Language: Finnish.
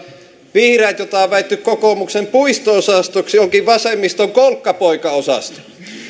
vihreät joita on väitetty kokoomuksen puisto osastoksi onkin vasemmiston kolkkapoikaosasto